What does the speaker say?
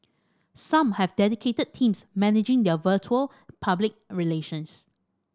some have dedicated teams managing their virtual public relations